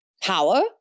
Power